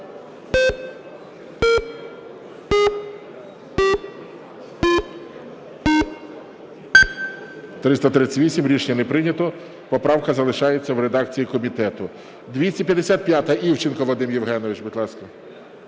За-38 Рішення не прийнято, поправка залишається в редакції комітету.